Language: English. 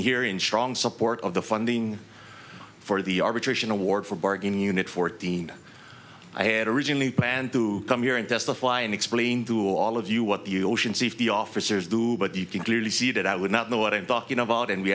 here in strong support of the funding for the arbitration award for bargaining unit fourteen i had originally planned to come here and testify and explain to all of you what the ocean safety officers do but you can clearly see that i would not know what i'm talking about and we